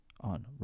on